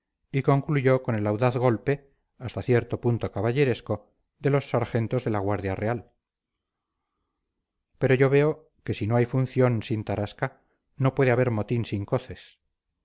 y concluyó con el audaz golpe hasta cierto punto caballeresco de los sargentos de la guardia real pero yo veo que si no hay función sin tarasca no puede haber motín sin coces